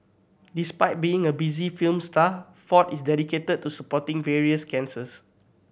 despite being a busy film star Ford is dedicated to supporting various cancers